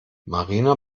marina